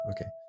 Okay